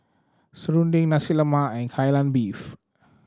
serunding Nasi Lemak and Kai Lan Beef